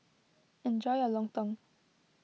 enjoy your Lontong